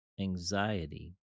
anxiety